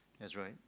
that's right